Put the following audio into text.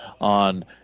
on